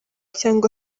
cyangwa